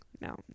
No